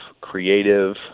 creative